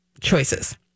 choices